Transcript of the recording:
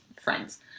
friends